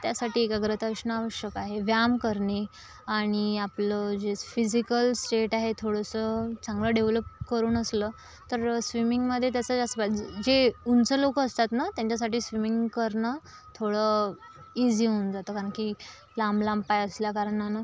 त्यासाठी एकाग्रता असणं आवश्यक आहे व्यायाम करणे आणि आपलं जे फिजिकल स्टेट आहे थोडंसं चांगलं डेव्हलप करून असलं तर स्विमिंगमध्ये त्याचा जास्त जे उंच लोक असतात ना त्यांच्यासाठी स्विमिंग करणं थोडं ईझी होऊन जातं कारण की लांबलांब पाय असल्याकारणानं